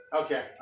Okay